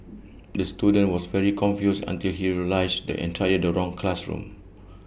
the student was very confused until he realised the entire the wrong classroom